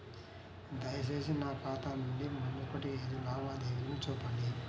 దయచేసి నా ఖాతా నుండి మునుపటి ఐదు లావాదేవీలను చూపండి